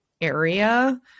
area